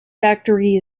factory